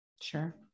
Sure